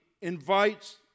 invites